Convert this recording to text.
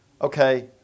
Okay